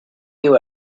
you